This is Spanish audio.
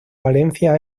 valencia